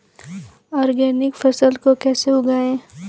Organic फसल को कैसे उगाएँ?